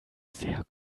sehr